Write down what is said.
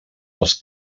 els